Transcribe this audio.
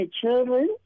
children